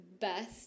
best